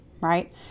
right